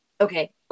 okay